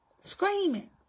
Screaming